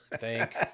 thank